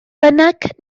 bynnag